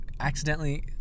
accidentally